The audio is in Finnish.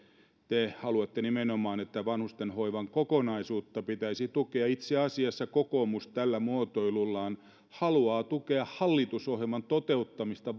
te haluatte nimenomaan että vanhustenhoivan kokonaisuutta pitäisi tukea itse asiassa kokoomus tällä muotoilullaan haluaa tukea hallitusohjelman toteuttamista